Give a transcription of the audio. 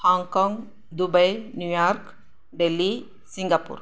Hong Kong Dubai New York Delhi Singapore